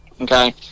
okay